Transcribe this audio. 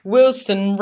Wilson